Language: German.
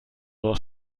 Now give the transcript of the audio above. doch